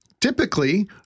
typically